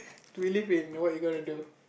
to believe in what you gonna do